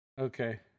Okay